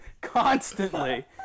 constantly